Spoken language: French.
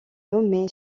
nommé